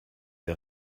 der